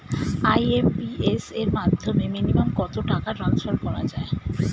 IMPS এর মাধ্যমে minimum কত টাকা ট্রান্সফার করা যায়?